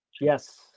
Yes